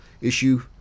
issue